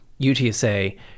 UTSA